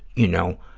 you know,